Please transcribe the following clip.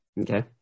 Okay